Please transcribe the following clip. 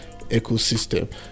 ecosystem